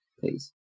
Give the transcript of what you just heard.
please